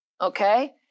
okay